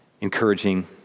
encouraging